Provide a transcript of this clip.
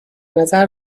نظر